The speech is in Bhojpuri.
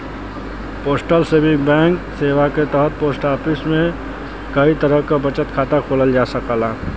पोस्टल सेविंग बैंक सेवा क तहत पोस्ट ऑफिस में कई तरह क बचत खाता खोलल जा सकेला